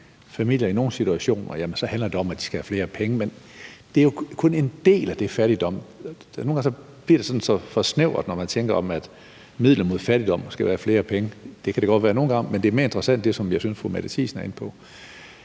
i nogle situationer handler det om, at de skal flere penge, men det er jo kun en del af den fattigdom. Nogle gange bliver det så forsnævret, når man tænker, at midlet mod fattigdom skal være flere penge. Det kan det godt være nogle gange, men det, som jeg synes fru Mette Thiesen er inde på,